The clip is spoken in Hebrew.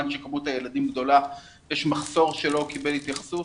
שמספר הילדים גדול יש מחסור שלא קיבל התייחסות.